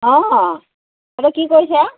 অঁ কি কৰিছা